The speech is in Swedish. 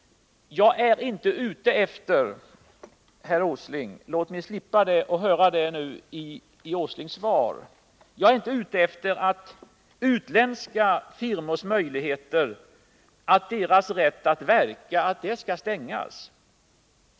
Jag är inte, herr Åsling - låt mig slippa att höra det nu i herr Åslings svar! — ute efter utländska firmors möjligheter och deras rätt att verka här.